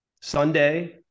Sunday